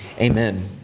Amen